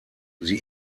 sie